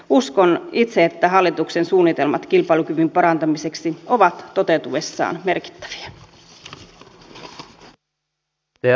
uskon itse että hallituksen suunnitelmat kilpailukyvyn parantamiseksi ovat toteutuessaan merkittäviä